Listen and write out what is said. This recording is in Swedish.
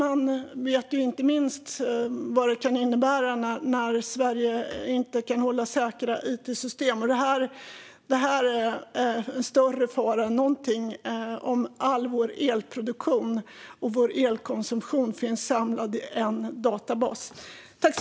Minister Ygeman vet vad det kan innebära när Sverige inte kan hålla it-systemen säkra, och det är en större fara än någonting om all vår elproduktion och vår elkonsumtion finns samlad i en databas.